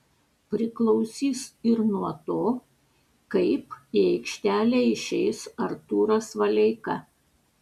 priklausys ir nuo to kaip į aikštelę išeis artūras valeika